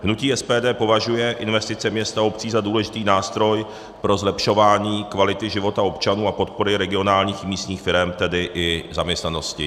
Hnutí SPD považuje investice měst a obcí za důležitý nástroj pro zlepšování kvality života občanů a podpory regionálních místních firem, tedy i zaměstnanosti.